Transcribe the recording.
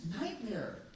nightmare